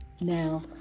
Now